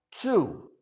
two